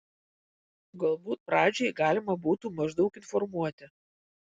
galbūt pradžiai galima būtų maždaug informuoti